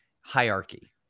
hierarchy